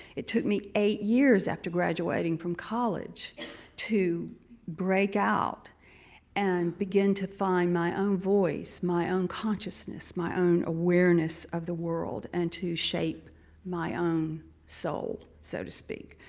it took me eight years after graduating from college to break out and begin to find my own voice, my own consciousness, my own awareness of the world, and to shape my own soul, so to speak.